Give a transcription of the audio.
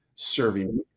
serving